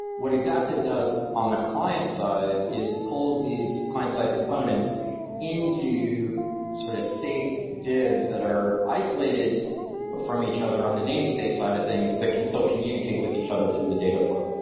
what exaptive does on the client side is pulls these client-side components into sort of safe divs that are isolated but from each other on the name space side of things but can still communicate with each other through the data flow.